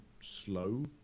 slow